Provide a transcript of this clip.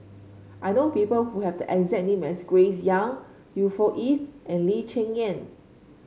I know people who have the exact name as Grace Young Yusnor Ef and Lee Cheng Yan